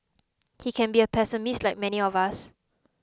he can be a pessimist like many of us